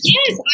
Yes